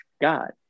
God